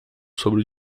sobre